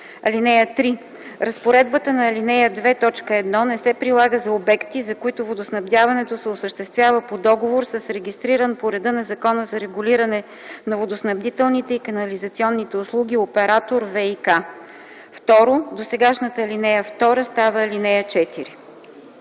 (3) Разпоредбата на ал. 2, т. 1 не се прилага за обекти, за които водоснабдяването се осъществява по договор с регистриран по реда на Закона за регулиране на водоснабдителните и канализационните услуги оператор В и К.” 2. Досегашната ал. 2 става ал. 4.